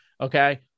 Okay